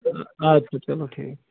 اَدٕ کے چَلو ٹھیٖک